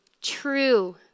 True